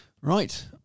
right